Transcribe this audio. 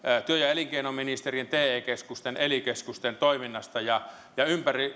työ ja elinkeinoministeriön te keskusten ja ely keskusten toiminnasta ja ja